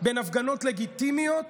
בין הפגנות לגיטימיות